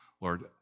Lord